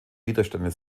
widerstände